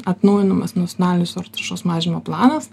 atnaujinamas nacionalinis oro taršos mažinimo planas